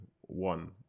one